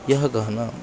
यः गानं